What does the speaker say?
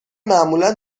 معمولا